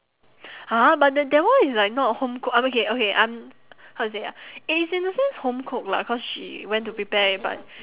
ah but that that one is like not a home cooked um okay okay I'm how to say ah it's in a sense home cooked lah cause she went to prepare it but